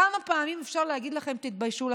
כמה פעמים אפשר להגיד לכם "תתביישו לכם"?